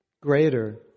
greater